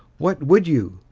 what would you?